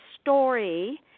story